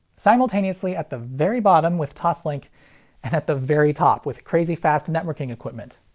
simultaneously at the very bottom with toslink, and at the very top with crazy fast networking equipment.